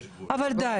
אבל יש גבול.